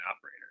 operator